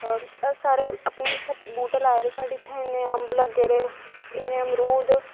असैं सारे इत्थे अपने बूह्टे लाए दे साढ़े इत्थै इन्ने अम्ब लग्गे दे इन्ने मरूद